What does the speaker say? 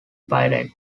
pirates